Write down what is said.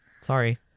Sorry